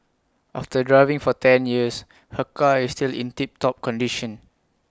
after driving for ten years her car is still in tip top condition